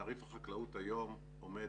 תעריף החקלאות היום עומד